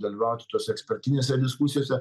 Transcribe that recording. dalyvauti tose ekspertinėse diskusijose